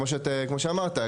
כמו שאמרת,